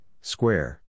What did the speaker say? square